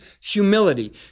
humility